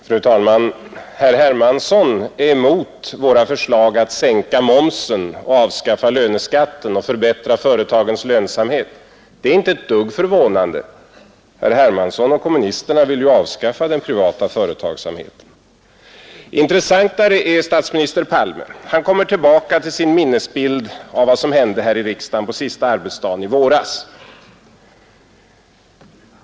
Fru talman! Herr Hermansson är emot våra förslag att sänka momsen, avskaffa löneskatten och förbättra företagens lönsamhet. Det är inte ett dugg förvånande. Herr Hermansson och kommunisterna vill ju avskaffa Intressantare är statsminister Palme. Han kommer tillbaka till sin minnesbild av vad som hände här i riksdagen på sista arbetsdagen i våras.